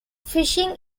fishing